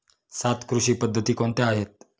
सात कृषी पद्धती कोणत्या आहेत?